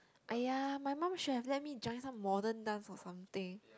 !aiya! my mum should have let me join some modern dance or something